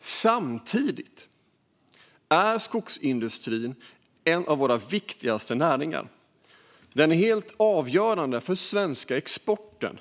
Samtidigt är skogsindustrin en av våra viktigaste näringar. Den är helt avgörande för den svenska exporten.